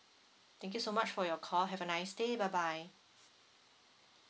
thank you so much for your call have a nice day bye bye